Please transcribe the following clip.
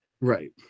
Right